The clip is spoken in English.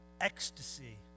ecstasy